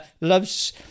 loves